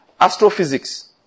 astrophysics